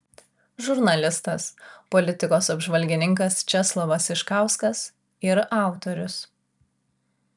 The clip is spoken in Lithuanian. žurnalistas politikos apžvalgininkas česlovas iškauskas ir autorius